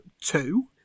two